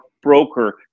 broker